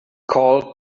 called